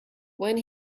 when